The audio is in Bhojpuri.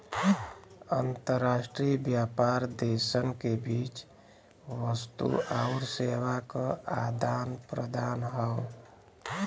अंतर्राष्ट्रीय व्यापार देशन के बीच वस्तु आउर सेवा क आदान प्रदान हौ